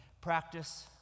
Practice